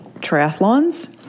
triathlons